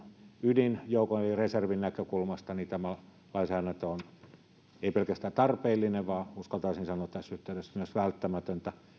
ydinjoukon eli reservin näkökulmasta tämä lainsäädäntö on ei pelkästään tarpeellista vaan uskaltaisin sanoa tässä yhteydessä myös välttämätöntä